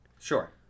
Sure